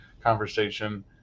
conversation